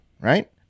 Right